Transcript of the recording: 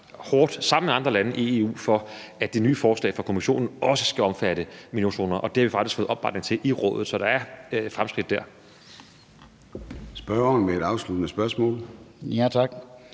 hårdt sammen med andre lande i EU for, at det nye forslag fra Kommissionen også skal omfatte miljøzoner, og det har vi faktisk fået opbakning til i Rådet. Så der er fremskridt der.